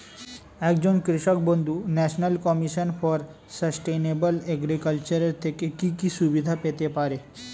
একজন কৃষক বন্ধু national commission for sustainable agriculture এর থেকে কি কি সুবিধা পেতে পারে?